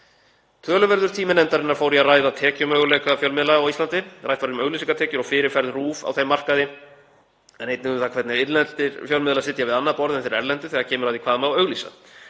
Töluverður tími nefndarinnar fór í að ræða tekjumöguleika fjölmiðla á Íslandi. Rætt var um auglýsingatekjur og fyrirferð RÚV á þeim markaði en einnig um það hvernig innlendir fjölmiðlar sitja við annað borð en þeir erlendu þegar kemur að því hvað má auglýsa.